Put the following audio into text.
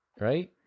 right